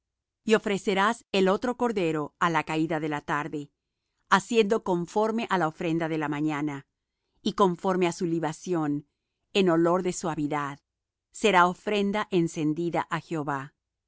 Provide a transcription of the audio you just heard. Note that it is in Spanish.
y ofrecerás el otro cordero á la caída de la tarde haciendo conforme á la ofrenda de la mañana y conforme á su libación en olor de suavidad será ofrenda encendida á jehová